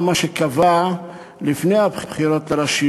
מה שקבעה ממש כמה ימים לפני הבחירות לרשויות.